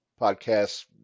podcasts